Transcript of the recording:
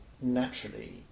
naturally